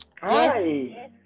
Hi